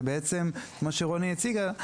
זה בעצם מה שרוני הציגה,